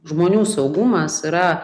žmonių saugumas yra